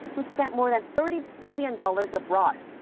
who spent more than thirty billion dollars abroad.